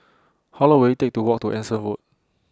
How Long Will IT Take to Walk to Anson Road